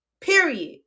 period